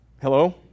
Hello